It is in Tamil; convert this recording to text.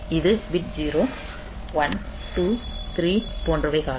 இது பிட் 0 1 2 3 போன்றவைகளாகும்